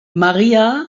maria